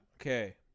Okay